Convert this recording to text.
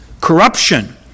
corruption